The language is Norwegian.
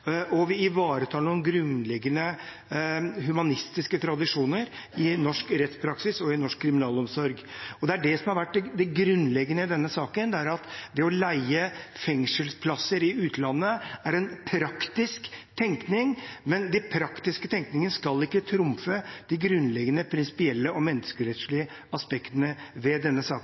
og vi ivaretar noen grunnleggende humanistiske tradisjoner i norsk rettspraksis og i norsk kriminalomsorg. Det er det som har vært det grunnleggende i denne saken. Det å leie fengselsplasser i utlandet er en praktisk tenkning. Men de praktiske tenkningene skal ikke trumfe de grunnleggende prinsipielle og menneskerettslige aspektene ved denne saken.